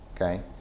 Okay